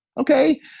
okay